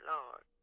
Lord